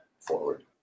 forward